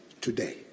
today